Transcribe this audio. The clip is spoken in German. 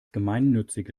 gemeinnützige